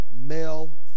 male